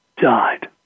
died